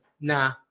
Nah